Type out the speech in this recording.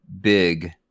big